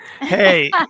Hey